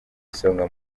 isonga